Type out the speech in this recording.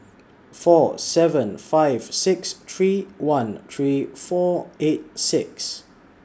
four seven five six three one three four eight six